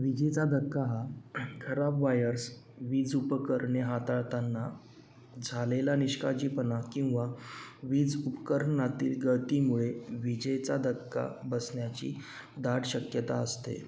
विजेचा धक्का खराब वायर्स वीज उपकरणे हाताळताना झालेला निष्काळजीपणा किंवा वीज उपकरणातील गळतीमुळे विजेचा धक्का बसण्याची दाट शक्यता असते